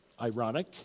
ironic